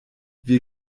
wir